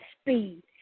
speed